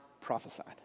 prophesied